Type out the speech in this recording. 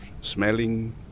smelling